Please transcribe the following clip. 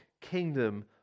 kingdom